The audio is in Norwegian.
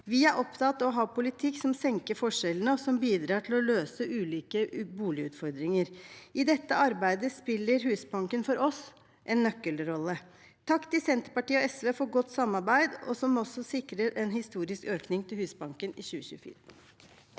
Vi er opptatt av å ha politikk som senker forskjellene, og som bidrar til å løse ulike boligutfordringer. I dette arbeidet spiller Husbanken en nøkkelrolle for oss. Takk til Senterpartiet og SV for godt samarbeid, som også sikrer en historisk økning til Husbanken i 2024.